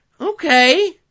Okay